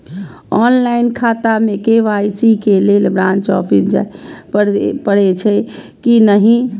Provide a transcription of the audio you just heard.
Online खाता में KYC के लेल ब्रांच ऑफिस जाय परेछै कि नहिं?